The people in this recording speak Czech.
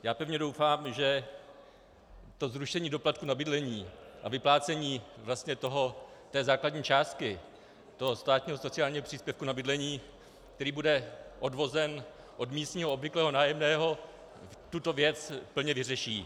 Já pevně doufám, že to zrušení doplatku za bydlení a vyplácení vlastně té základní částky toho státního sociálního příspěvku na bydlení, který bude odvozen od místního obvyklého nájemného, tuto věc plně vyřeší.